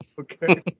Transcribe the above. Okay